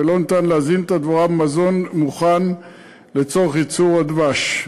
ולא ניתן להזין את הדבורה במזון מוכן לצורך ייצור הדבש.